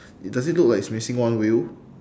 does it look like it's missing one wheel